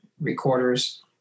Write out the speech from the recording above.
recorders